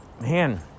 Man